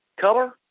color